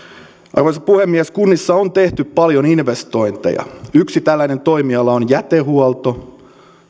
arvoisa puhemies kunnissa on tehty paljon investointeja yksi tällainen toimiala on jätehuolto